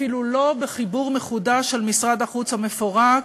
אפילו לא בחיבור מחודש של משרד החוץ המפורק,